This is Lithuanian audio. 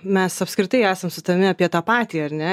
mes apskritai esam su tavimi apie tą patį ar ne